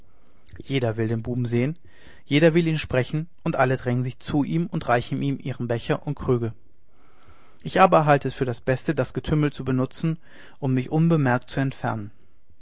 jeder will den buben sehen jeder will ihn sprechen und alle drängen sich zu ihm und reichen ihm ihre becher und krüge ich aber halte es für das beste das getümmel zu benutzen und mich unbemerkt zu entfernen